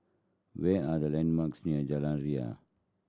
what are the landmarks near Jalan Ria